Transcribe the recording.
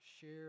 share